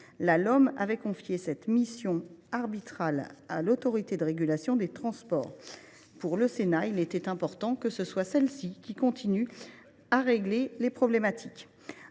La LOM avait confié cette mission arbitrale à l’Autorité de régulation des transports. Pour le Sénat, il était important que l’ART continue de régler ces problématiques.